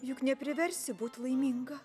juk nepriversi būt laiminga